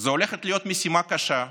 זאת הולכת להיות משימה קשה,